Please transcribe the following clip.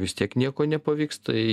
vis tiek nieko nepavyks tai